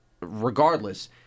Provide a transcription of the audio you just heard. regardless